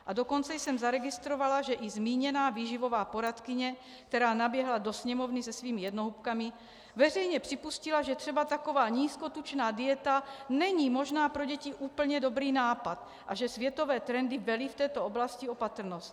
A dokonce jsem zaregistrovala, že i zmíněná výživová poradkyně, která naběhla do Sněmovny se svými jednohubkami, veřejně připustila, že třeba taková nízkotučná dieta není možná pro děti úplně dobrý nápad a že světové trendy velí v této oblasti opatrnost.